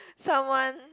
someone